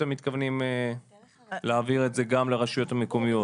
את אחוזי השתתפות המעסיק ואז קיבלנו שיפוי מהאוצר על הסכומים האלה.